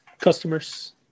Customers